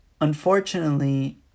unfortunately